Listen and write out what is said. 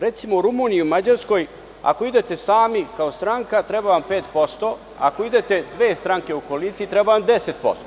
Recimo u Rumuniji i Mađarskoj, ako idete sami kao stranka treba vam 5%, ako idete sa dve stranke u koaliciji treba vam 10%